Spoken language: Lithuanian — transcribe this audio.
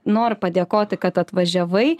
noriu padėkoti kad atvažiavai